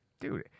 Dude